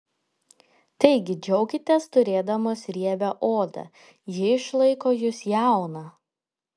taigi džiaukitės turėdamos riebią odą ji išlaiko jus jauną